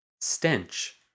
Stench